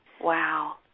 Wow